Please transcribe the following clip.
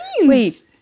Wait